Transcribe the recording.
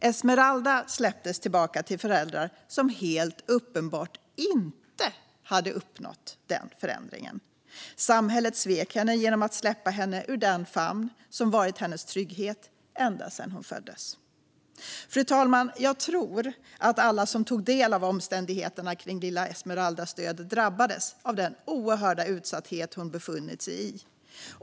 Esmeralda släpptes tillbaka till föräldrar som helt uppenbart inte hade uppnått den förändringen. Samhället svek henne genom att släppa henne ur den famn som varit hennes trygghet ända sedan hon föddes. Fru talman! Jag tror att alla som tog del av omständigheterna kring lilla Esmeraldas död drabbades av den oerhörda utsatthet hon befunnit sig i.